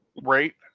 Right